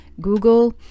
Google